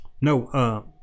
No